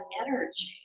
energy